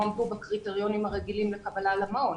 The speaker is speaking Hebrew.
עמדו בקריטריונים הרגילים לקבלה למעון.